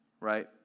right